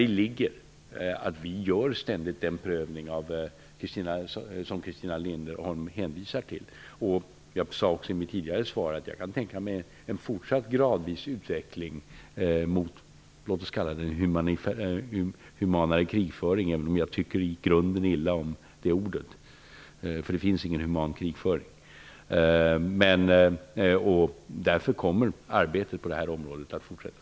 Däri ligger att vi ständigt gör den prövning som Christina Linderholm hänvisar till. Jag sade också i mitt tidigare svar att jag kan tänka mig en fortsatt gradvis utveckling mot en humanare krigföring. Låt oss kalla det så, även om jag i grunden tycker illa om det begreppet. Det finns nämligen ingen human krigföring. Arbetet på det här området kommer att fortsätta.